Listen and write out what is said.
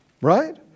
right